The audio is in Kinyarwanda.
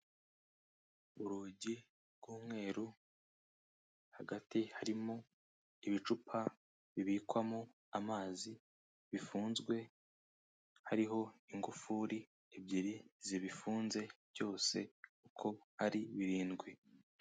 Urugi rw'umweru, hagati harimo ibicupa bibikwamo amazi bifunzwe, hariho ingufuri ebyiri zibifunze byose uko ari birindwi.